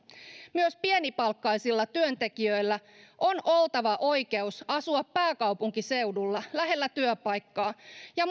myös pienipalkkaisilla työntekijöillä on oltava oikeus asua pääkaupunkiseudulla lähellä työpaikkaa ja